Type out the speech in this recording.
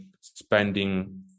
spending